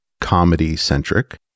comedy-centric